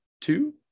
two